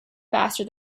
faster